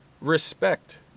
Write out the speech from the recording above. respect